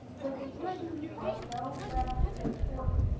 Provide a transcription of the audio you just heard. but the issues are no less important.